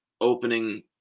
opening